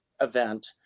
event